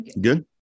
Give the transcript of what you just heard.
Good